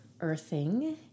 earthing